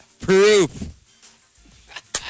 proof